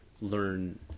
learn